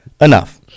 enough